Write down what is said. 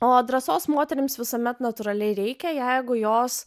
o drąsos moterims visuomet natūraliai reikia jeigu jos